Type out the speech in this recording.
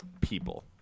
people